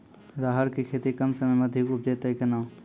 राहर की खेती कम समय मे अधिक उपजे तय केना?